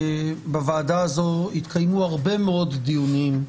בוועדה הזו התקיימו הרבה מאוד דיונים.